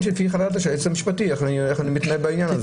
אז עדיף שהיועץ המשפטי יחליט בעניין הזה.